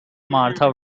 martha